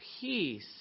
peace